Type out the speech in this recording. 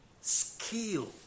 skill